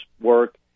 work